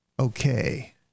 okay